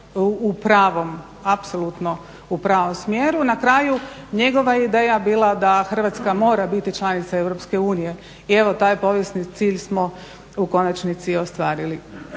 u pravom apsolutno u pravom smjeru. Na kraju, njegova je ideja bila da Hrvatska mora biti članica EU i evo taj povijesni cilj smo u konačnici ostvarili.